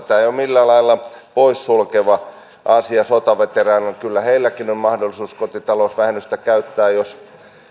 tämä ei ole millään lailla pois sulkeva asia sotaveteraaneilta kyllä heilläkin on mahdollisuus kotitalousvähennystä käyttää